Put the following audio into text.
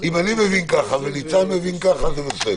אם אני מבין כך וניצן מבין כך, זה בסדר.